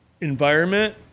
environment